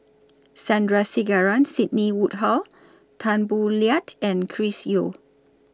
Sandrasegaran Sidney Woodhull Tan Boo Liat and Chris Yeo